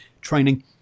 training